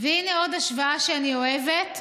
והינה עוד השוואה שאני אוהבת: